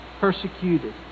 persecuted